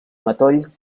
matolls